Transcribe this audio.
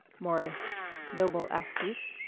maury noble aesthete.